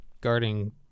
guarding